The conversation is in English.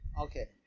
okay